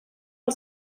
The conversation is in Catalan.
pel